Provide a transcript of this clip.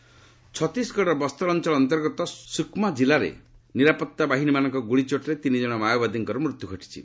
Maoist ଛତିଶଗଡ଼ର ବସ୍ତର ଅଞ୍ଚଳ ଅନ୍ତର୍ଗତ ସୁକୁମା ଜିଲ୍ଲାରେ ନିରାପଭା ବାହିନୀମାନଙ୍କ ଗୁଳିଚୋଟରେ ତିନିକ୍କଣ ମାଓବାଦୀଙ୍କର ମୃତ୍ୟୁ ଘଟିଛି